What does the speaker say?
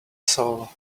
soul